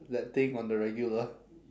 that thing on the regular